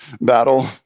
battle